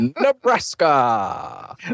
Nebraska